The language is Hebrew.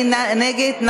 מי נגד?